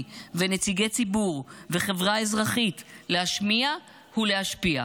ונציגי ציבור וחברה אזרחית להשמיע ולהשפיע.